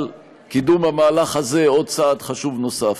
על קידום המהלך הזה עוד צעד חשוב נוסף.